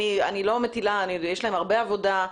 אני לא מטילה, יש להם הרבה עבודה,